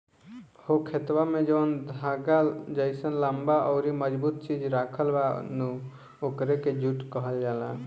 हो खेतवा में जौन धागा जइसन लम्बा अउरी मजबूत चीज राखल बा नु ओकरे के जुट कहल जाला